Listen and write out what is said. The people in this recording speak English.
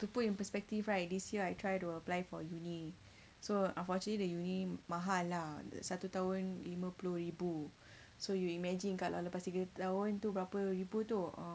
to put in perspective right this year I try to apply for uni so unfortunately the uni mahal lah satu tahun lima puluh ribu so you imagine kalau lepas tiga tahun berapa ribu tu uh